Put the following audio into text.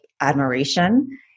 admiration